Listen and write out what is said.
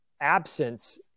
absence